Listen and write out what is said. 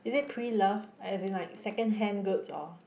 is it pre loved as in like secondhand goods or